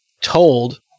told